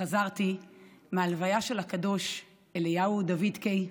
חזרתי מההלוויה של הקדוש אליהו דוד קיי,